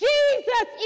Jesus